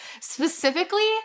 specifically